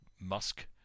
Musk